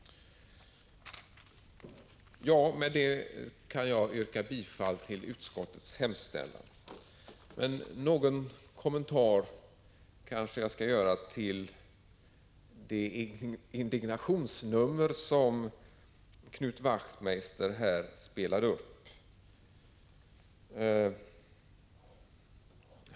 Med detta kan jag yrka bifall till utskottets hemställan. Någon kommentar skall jag kanske också göra till det indignationsnummer som Knut Wachtmeister här spelat upp.